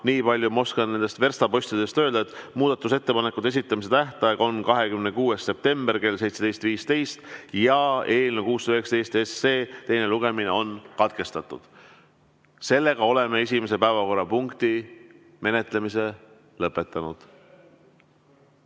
Nii palju ma oskan nendest verstapostidest öelda, et muudatusettepanekute esitamise tähtaeg on 26. september kell 17.15 ja eelnõu 619 teine lugemine on katkestatud. Oleme esimese päevakorrapunkti menetlemise lõpetanud.